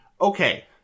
Okay